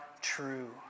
true